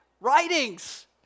writings